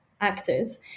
actors